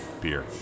beer